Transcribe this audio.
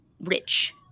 rich